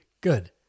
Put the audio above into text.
Good